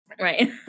Right